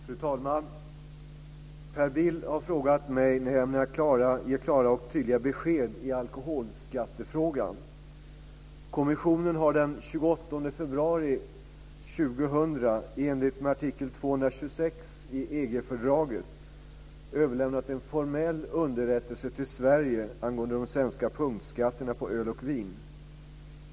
Fru talman! Per Bill har frågat mig när jag ämnar ge klara och tydliga besked i alkoholskattefrågan. Kommissionen har den 28 februari 2000, i enlighet med artikel 226 i EG-fördraget, överlämnat en formell underrättelse till Sverige angående de svenska punktskatterna på öl och vin.